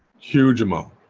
huge amount